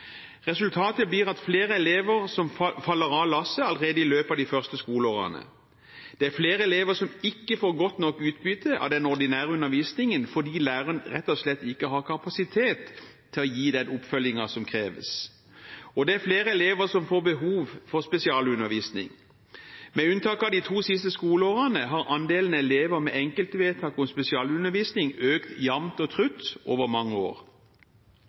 Resultatet blir at flere elever faller av lasset allerede i løpet av de første skoleårene. Det er flere elever som ikke får godt nok utbytte av den ordinære undervisningen fordi lærerne rett og slett ikke har kapasitet til å gi den oppfølgingen som kreves, og det er flere elever som får behov for spesialundervisning. Med unntak av de to siste skoleårene har andelen elever med enkeltvedtak om spesialundervisning økt jevnt og trutt over mange år.